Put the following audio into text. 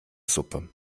suppe